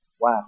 Wow